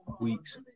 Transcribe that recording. week's